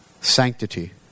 sanctity